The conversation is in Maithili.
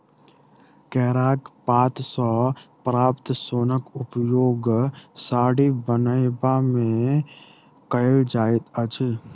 केराक पात सॅ प्राप्त सोनक उपयोग साड़ी बनयबा मे कयल जाइत अछि